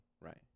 right